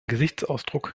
gesichtsausdruck